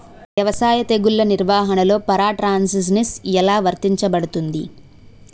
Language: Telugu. వ్యవసాయ తెగుళ్ల నిర్వహణలో పారాట్రాన్స్జెనిసిస్ఎ లా వర్తించబడుతుంది?